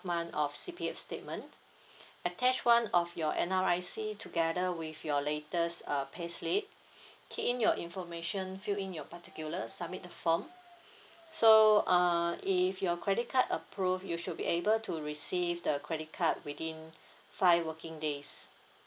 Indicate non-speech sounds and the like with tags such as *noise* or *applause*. month of C_P_F statement *breath* attach one of your N_R_I_C together with your latest uh payslip *breath* key in your information fill in your particular submit the form *breath* so uh if your credit card approve you should be able to receive the credit card within five working days